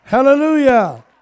hallelujah